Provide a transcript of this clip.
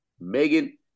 Megan